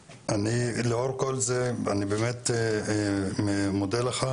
לאור כל זה, באמת אני מודה לך.